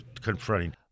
confronting